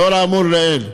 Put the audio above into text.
לאור האמור לעיל,